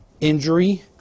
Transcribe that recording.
injury